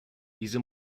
diese